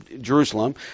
Jerusalem